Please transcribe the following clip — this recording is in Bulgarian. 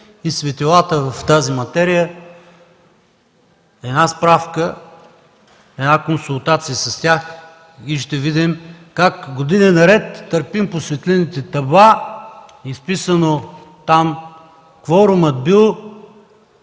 и светилата в тази материя. При една справка, една консултация с тях ще видим как години наред търпим по светлинните табла изписано там – кворумът бил